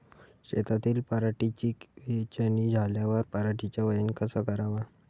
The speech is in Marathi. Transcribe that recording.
शेतातील पराटीची वेचनी झाल्यावर पराटीचं वजन कस कराव?